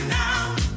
now